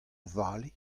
vale